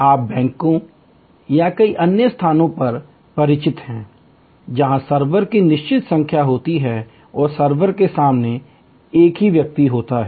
आप बैंकों या कई अन्य स्थानों पर परिचित हैं जहां सर्वर की निश्चित संख्या होती है और सर्वर के सामने केवल एक ही व्यक्ति होता है